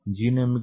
genomic D